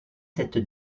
cette